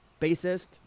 bassist